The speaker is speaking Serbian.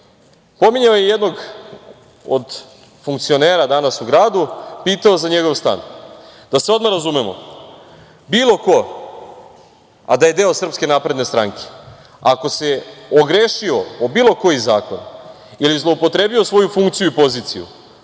je jednog od funkcionera danas u gradu, pitao za njegov stan. Da se odmah razumemo, bilo ko, a da je deo SNS, ako se ogrešio o bilo koji zakon ili zloupotrebio svoju funkciju i poziciju